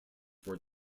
were